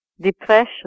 Depression